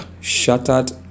shattered